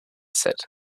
said